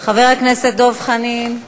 חבר הכנסת דב חנין,